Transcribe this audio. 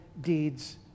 deeds